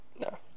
No